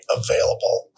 available